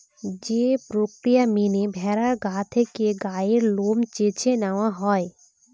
যে প্রক্রিয়া মেনে ভেড়ার গা থেকে গায়ের লোম চেঁছে নেওয়া হয়